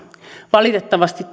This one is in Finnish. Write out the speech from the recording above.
valitettavasti